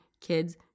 kids